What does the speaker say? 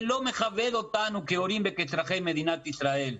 זה לא מכבד אותנו כהורים וכאזרחי מדינת ישראל.